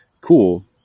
Cool